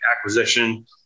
acquisition